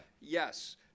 yes